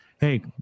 Hey